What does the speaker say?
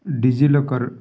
D G locker